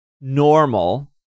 normal